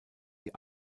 die